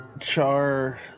Char